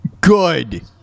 good